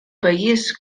país